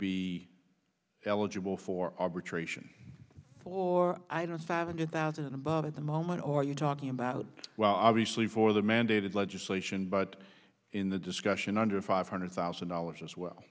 be eligible for arbitration for i don't five hundred thousand above at the moment are you talking about well obviously for the mandated legislation but in the discussion under five hundred thousand dollars as well